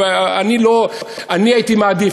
אני הייתי מעדיף,